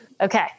Okay